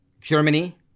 Germany